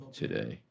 today